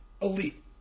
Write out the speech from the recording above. elite